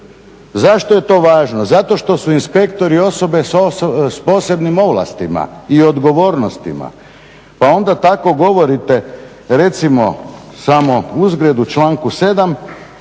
Zašto je to važno? Zato što su inspektori osobe s posebnim ovlastima i odgovornostima. Pa onda tako govorite recimo samo uzgred u članku 7.da